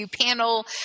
panel